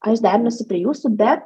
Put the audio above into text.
aš derinuosi prie jūsų bet